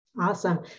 Awesome